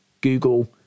Google